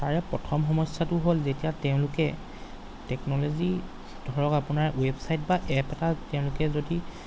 তাৰে প্ৰথম সমস্যাটো হ'ল যেতিয়া তেওঁলোকে টেকন'লজি ধৰক আপোনাৰ ৱেবছাইট বা এপ এটা তেওঁলোকে যদি